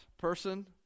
person